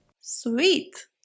Sweet